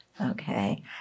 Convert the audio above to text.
Okay